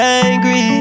angry